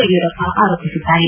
ಯಡಿಯೂರಪ್ಪ ಆರೋಪಿಸಿದ್ದಾರೆ